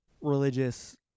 religious